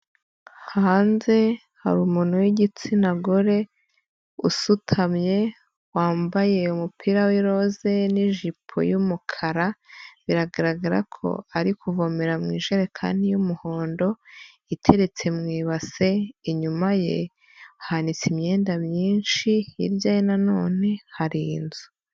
Hanze hari umuntu w'igitsina gore usutamye wambaye umupira w'iroze n'ijipo y'umukara, biragaragara ko ari kuvomera mu ijerekani y'umuhondo iteretse mu ibase, inyuma ye hanitse imyenda myinshi, hirya ye nanone hari inzu.